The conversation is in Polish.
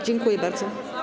Dziękuję bardzo.